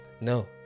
No